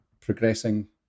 progressing